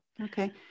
okay